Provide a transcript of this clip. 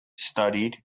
studied